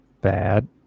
bad